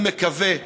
אני מקווה,